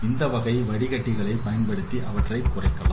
இந்த வகை வடிகட்டி களைப் பயன்படுத்தி அவற்றை குறைக்கலாம்